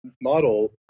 model